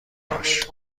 هاش